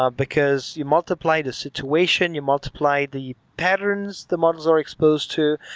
ah because you multiply the situation, you multiply the patterns the models are exposed to.